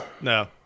No